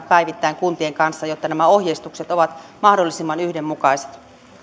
päivittäin kuntien kanssa jotta nämä ohjeistukset ovat mahdollisimman yhdenmukaiset